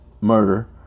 murder